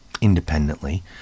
independently